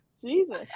Jesus